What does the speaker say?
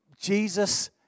Jesus